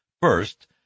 First